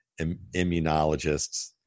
immunologists